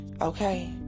okay